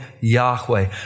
Yahweh